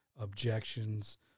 objections